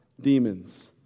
demons